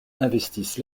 investissent